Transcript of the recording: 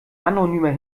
anonymer